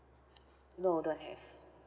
no don't have